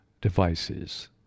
devices